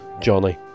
Johnny